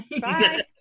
Bye